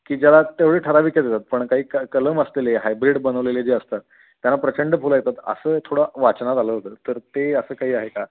की ज्याला तेवढे ठराविकच येतात पण काही कलम असतात हायब्रिड बनवलेले जे असतात त्यांना प्रचंड फुलं येतात असं थोडं वाचनात आलं होतं तर ते असं काही आहे का